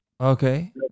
Okay